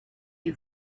you